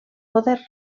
poder